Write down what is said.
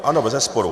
Ano, bezesporu.